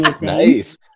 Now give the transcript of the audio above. Nice